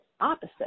opposite